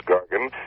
Gargan